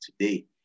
today